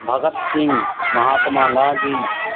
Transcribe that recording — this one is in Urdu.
بھگت سنگھ مہاتما گاندھی